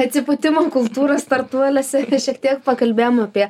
atsipūtimo kultūrą startuoliuose ir šiek tiek pakalbėjom apie